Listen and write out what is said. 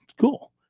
Cool